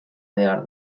behar